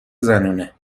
زنونه